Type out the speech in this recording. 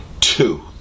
two